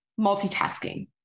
multitasking